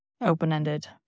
open-ended